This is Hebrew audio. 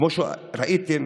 כמו שראיתם,